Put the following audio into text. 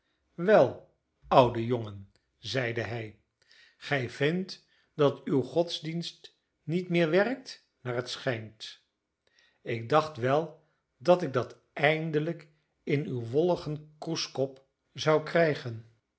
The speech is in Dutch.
wel oude jongen zeide hij gij vindt dat uw godsdienst niet meer werkt naar het schijnt ik dacht wel dat ik dat eindelijk in uw wolligen kroeskop zou krijgen